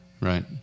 right